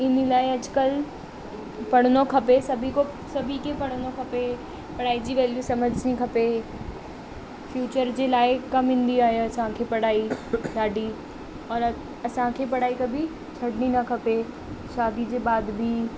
इन लाइ अॼुकल्ह पढ़िणो खपे सभी को सभी खे पढ़िणो खपे पढ़ाई जी वेल्यू सम्झणी खपे फ्यूचर जे लाइ कमु ईंदी आहे असांखे पढ़ाई ॾाढी और असांखे पढ़ाई कभी छॾिणी न खपे शादी जे बाद बि